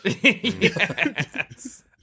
Yes